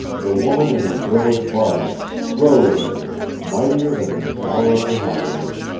the woman in her girlish body rose in her mightier than in the hour of her happiness,